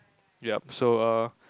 yup so err